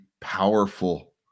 powerful